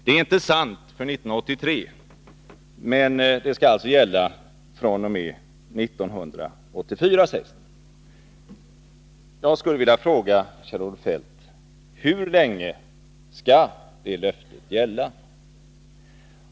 Det är inte sant vad gäller 1983, men det skall alltså gälla fr.o.m. 1984, sägs det. Jag skulle vilja fråga Kjell-Olof Feldt: Hur länge skall det löftet gälla?